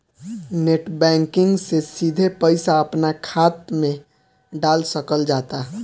net banking से सिधे पईसा अपना खात मे डाल सकल जाता